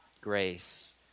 grace